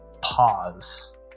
pause